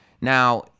Now